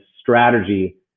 strategy